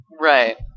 Right